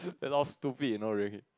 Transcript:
you know how stupid you know really